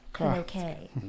Okay